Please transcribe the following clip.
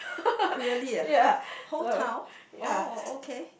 oh really ah whole town oh okay